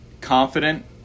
confident